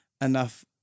enough